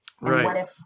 Right